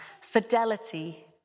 fidelity